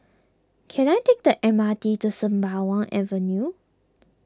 can I take the M R T to Sembawang Avenue